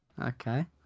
Okay